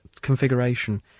configuration